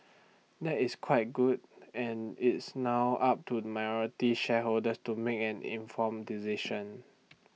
that is quite good and it's now up to minority shareholders to make an informed decision